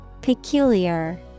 Peculiar